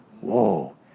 Whoa